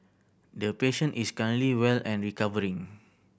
the patient is currently well and recovering